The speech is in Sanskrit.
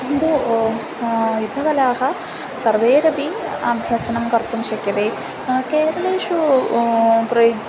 किन्तु युद्धकलाः सर्वैरपि अभ्यसनं कर्तुं शक्यते केरलेषु प्रयुज्यते